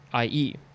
IE